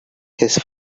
his